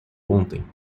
ontem